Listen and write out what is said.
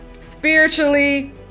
spiritually